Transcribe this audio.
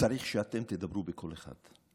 צריך שאתם תדברו בקול אחד,